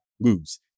lose